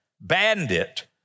bandit